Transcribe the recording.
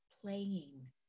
playing